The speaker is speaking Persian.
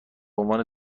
عنوان